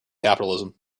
capitalism